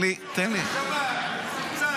מה ראש הממשלה קשור לניהול המדינה?